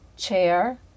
chair